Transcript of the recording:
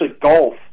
golf